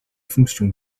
fonctions